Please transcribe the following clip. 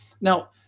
Now